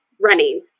running